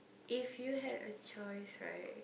if you had a choice right